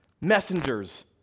messengers